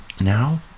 Now